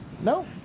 No